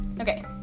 Okay